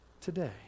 today